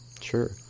Sure